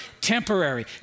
temporary